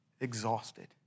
exhausted